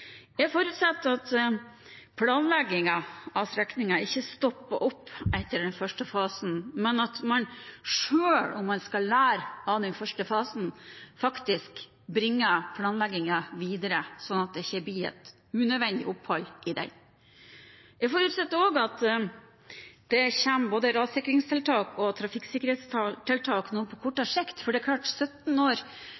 Jeg forutsetter at planleggingen av strekningen ikke stopper opp etter den første fasen, men at man, selv om man skal lære av den første fasen, faktisk bringer planleggingen videre, sånn at det ikke blir et unødvendig opphold i den. Jeg forutsetter også at det kommer både rassikringstiltak og trafikksikkerhetstiltak nå på